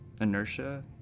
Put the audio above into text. inertia